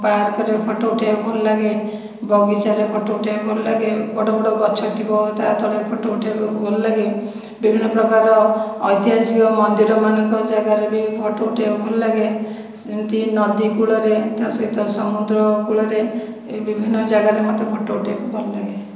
ପାର୍କରେ ଫଟୋ ଉଠାଇବାକୁ ଭଲଲାଗେ ବଗିଚାରେ ଫଟୋ ଉଠାଇବାକୁ ଭଲଲାଗେ ବଡ଼ ବଡ଼ ଗଛ ଥିବ ତା' ତଳେ ଫଟୋ ଉଠାଇବାକୁ ଭଲଲାଗେ ବିଭିନ୍ନ ପ୍ରକାର ଐତିହାସିକ ମନ୍ଦିରମାନଙ୍କ ଜାଗାରେ ବି ଫଟୋ ଉଠାଇବାକୁ ଭଲଲାଗେ ସେମିତି ନଦୀ କୂଳରେ ତା' ସହିତ ସମୁଦ୍ର କୂଳରେ ଏହି ବିଭିନ୍ନ ଜାଗାରେ ମୋତେ ଫଟୋ ଉଠାଇବାକୁ ଭଲଲାଗେ